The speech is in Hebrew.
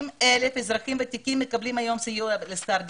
60,000 אזרחים ותיקים מקבלים היום סיוע לשכר דירה.